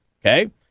okay